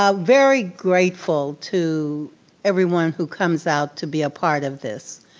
ah very grateful to everyone who comes out to be a part of this.